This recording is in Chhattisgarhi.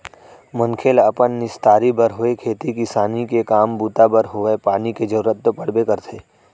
मनखे ल अपन निस्तारी बर होय खेती किसानी के काम बूता बर होवय पानी के जरुरत तो पड़बे करथे